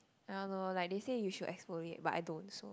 ya loh like they say you should exfoliate but I don't so